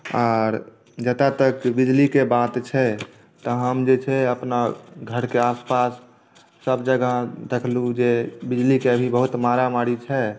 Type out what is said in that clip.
आर जतय तक बिजलीके बात छै तऽ हम जे छै अपना घरके आसपास सभजगह देखलहुँ जे बिजलीके अभी बहुत मारामारी छै